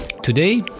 Today